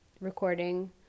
recording